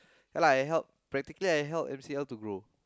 ya lah I helped practically I helped M_C_L to grow